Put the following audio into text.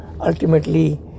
ultimately